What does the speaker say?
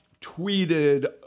tweeted